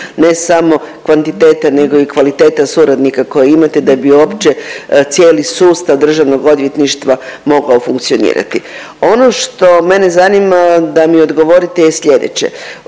ne samo kvantiteta nego i kvaliteta suradnika koje imate da bi uopće cijeli sustav državnog odvjetništva mogao funkcionirati. Ono što mene zanima da mi odgovorite je slijedeće.